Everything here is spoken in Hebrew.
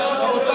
אין דבר כזה.